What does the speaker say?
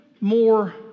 more